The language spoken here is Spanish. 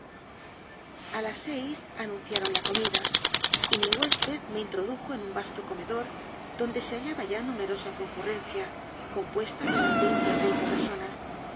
a las seis anunciaron la comida y mi huésped me introdujo en un vasto comedor donde se hallada ya numerosa concurrencia compuesta de unas veinte á treinta personas